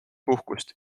puhkust